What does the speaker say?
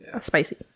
Spicy